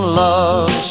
love